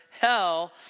hell